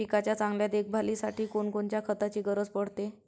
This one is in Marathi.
पिकाच्या चांगल्या देखभालीसाठी कोनकोनच्या खताची गरज पडते?